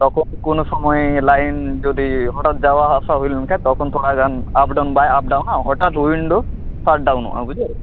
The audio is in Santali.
ᱛᱚᱠᱷᱚᱱ ᱠᱚᱱᱳ ᱥᱚᱢᱳᱭ ᱞᱟᱸᱭᱤᱱ ᱡᱩᱫᱤ ᱦᱚᱴᱟᱛ ᱡᱟᱣᱟ ᱟᱥᱟ ᱦᱩᱭᱞᱮᱱᱠᱷᱟᱡ ᱛᱚᱠᱷᱚᱱ ᱛᱷᱚᱲᱟ ᱜᱟᱱ ᱟᱯᱰᱟᱣᱩᱱ ᱵᱟᱭ ᱟᱯᱰᱟᱣᱩᱱᱟ ᱦᱚᱴᱟᱛ ᱣᱤᱱᱰᱳ ᱥᱟᱴᱰᱟᱣᱩᱱᱚᱜᱼᱟ ᱵᱩᱡᱷᱟᱹᱣ